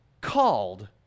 called